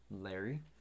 Larry